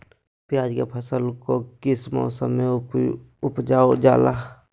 प्याज के फसल को किस मौसम में उपजल जाला?